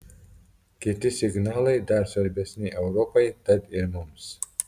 kiti signalai dar svarbesni europai tad ir mums